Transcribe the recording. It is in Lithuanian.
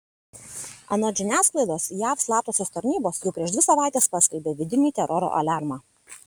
anot žiniasklaidos jav slaptosios tarnybos jau prieš dvi savaites paskelbė vidinį teroro aliarmą